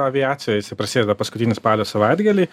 aviacijoj jis prasideda paskutinį spalio savaitgalį